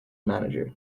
manager